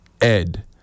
Ed